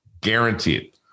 guaranteed